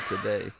today